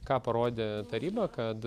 ką parodė taryba kad